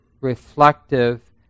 reflective